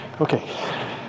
okay